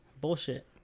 Bullshit